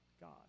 God